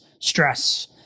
stress